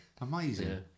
Amazing